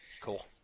Cool